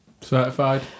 Certified